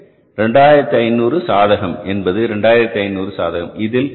எனவே இது 2500 சாதகம் என்பது 2500 சாதகம்